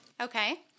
Okay